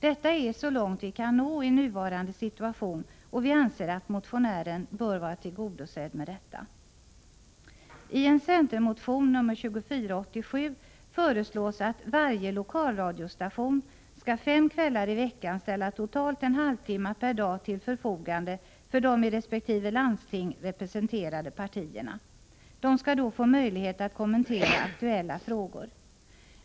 Detta är så långt vi kan nå i nuvarande situation, och vi anser att motionen bör vara tillgodosedd med detta. I en centermotion, nr 2487, föreslås att varje lokalradiostation skall fem kvällar i veckan ställa totalt en halvtimme per dag till förfogande för de i resp. landsting representerade partierna. De skall då få möjlighet att kommentera aktuella frågor.